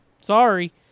Sorry